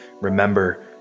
Remember